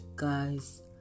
Guys